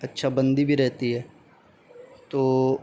اچھا بندی بھی رہتی ہے تو